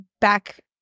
back